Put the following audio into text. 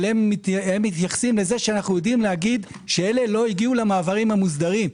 אבל הם מתייחסים לזה שאנו יודעים לומר שאלה לא הגיעו למעברים המוסדרים.